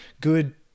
good